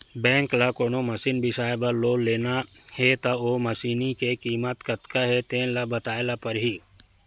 bank ले कोनो machine बिसाए बर लोन लेना हे त ओ मसीनी के कीमत कतका हे तेन ल बताए ल परही